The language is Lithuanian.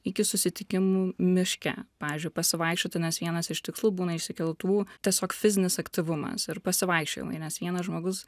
iki susitikimų miške pavyzdžiui pasivaikščioti nes vienas iš tikslų būna išsikeltų tiesiog fizinis aktyvumas ir pasivaikščiojimai nes vienas žmogus